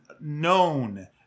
known